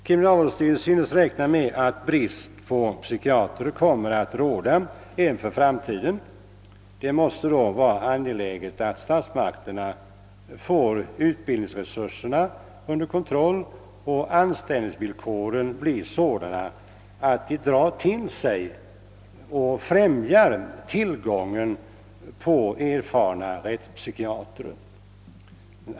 Kriminalvårdsstyrelsen synes räkna med att brist på psykiatrer kommer att råda även för framtiden. Det måste då vara angeläget att statsmakterna får utbildningsresurserna under kontroll och att anställningsvillkoren blir sådana, att de drar till sig rättspsykiatrer och främjar tillgången på erfarna sådana.